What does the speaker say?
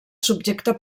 subjecta